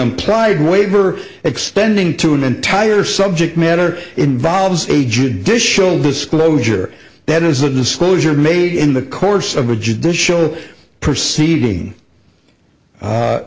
implied waiver extending to an entire subject matter involves a judicial disclosure that is a disclosure made in the course of a judicial proceeding